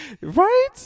Right